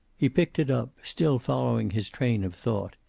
he picked it up, still following his train of thought.